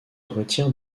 retire